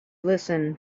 listen